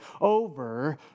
over